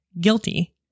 guilty